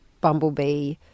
bumblebee